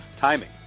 timing